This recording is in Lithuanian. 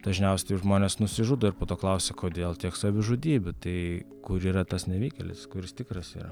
dažniausiai žmonės nusižudo ir po to klausia kodėl tiek savižudybių tai kur yra tas nevykėlis kuris tikras yra